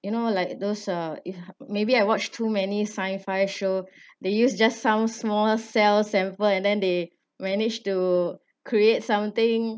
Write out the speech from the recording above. you know like those uh if maybe I watched too many sci-fi show they use just some small cell sample and then they manage to create something